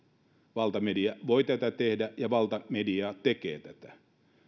valtamedia voi tätä tehdä ja valtamedia tekee tätä